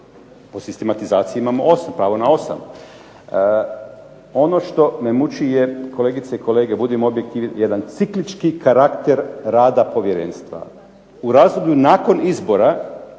Po sistematizaciji imamo 8, pravo na 8. Ono što me muči je, kolegice i kolege, budimo objektivni jedan ciklički karakter rada povjerenstva, u razdoblju nakon izbora